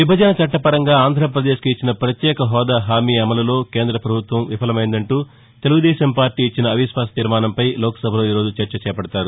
విభజన చట్టపరంగా ఆంధ్రప్రదేశ్కు ఇచ్చిన ప్రత్యేకపోూదా హామీ అమలులో కేంద ప్రభుత్వం విఫలమైందంటూ తెలుగుదేశం పార్టీ ఇచ్చిన అవిశ్వాస తీర్మానంపై లోక్ సభలో ఈ రోజు చర్చ చేపడతారు